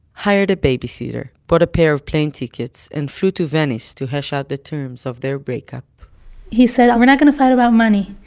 hired a babysitter, bought a pair of plane tickets, and flew to venice to hash out the terms of their break-up he said, we're not gonna fight about money.